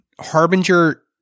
Harbinger